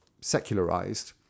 secularized